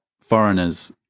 foreigners